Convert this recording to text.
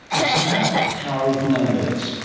it's about the power of numbers,